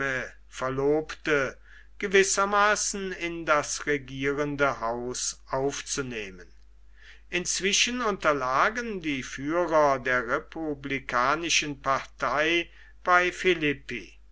verlobte gewissermaßen in das regierende haus aufzunehmen inzwischen unterlagen die führer der republikanischen partei bei